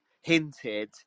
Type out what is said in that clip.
hinted